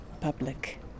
public